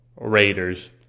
Raiders